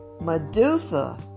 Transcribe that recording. Medusa